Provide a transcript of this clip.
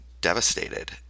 devastated